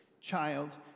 child